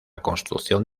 construcción